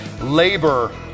Labor